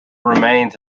remains